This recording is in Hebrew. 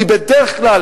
היא בדרך כלל